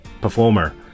performer